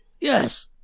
Yes